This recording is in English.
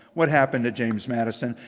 what happened to james madison?